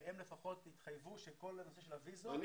והם לפחות התחייבו שכל הנושא של האשרות יטופל.